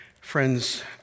Friends